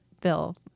bill